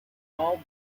all